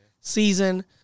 season